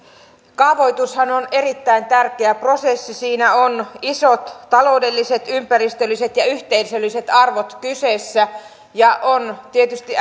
kaavoitushan on erittäin tärkeä prosessi siinä on isot taloudelliset ympäristölliset ja yhteisölliset arvot kyseessä ja on tietysti